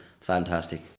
fantastic